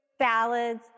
salads